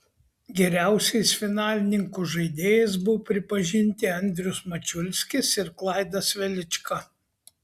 geriausiais finalininkų žaidėjais buvo pripažinti andrius mačiulskis ir klaidas velička